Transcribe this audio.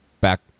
back